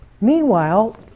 Meanwhile